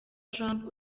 trump